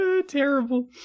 terrible